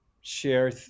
share